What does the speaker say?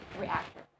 reactor